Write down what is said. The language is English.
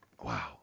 Wow